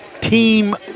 team